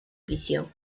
prisión